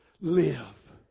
Live